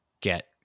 get